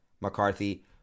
McCarthy